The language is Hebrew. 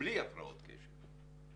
בלי הפרעות קשב.